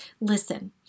Listen